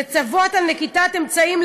לצוות על נקיטת אמצעים,